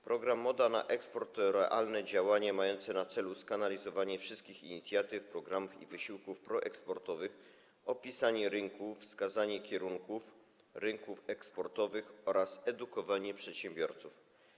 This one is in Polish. Program „Moda na eksport” to realne działanie mające na celu skanalizowanie wszystkich inicjatyw, programów i wysiłków proeksportowych, opisanie rynku, wskazanie kierunków rynków eksportowych oraz edukowanie przedsiębiorców.